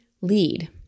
lead